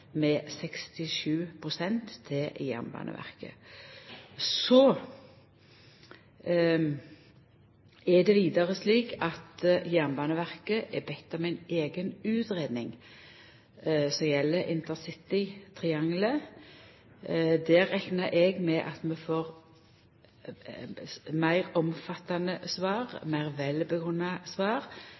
med 67 pst. til Jernbaneverket. Så er det vidare slik at Jernbaneverket er bedt om ei eiga utgreiing som skal gjelda intercitytriangelet. Der reknar eg med at vi får meir omfattande svar, meir velgrunna svar,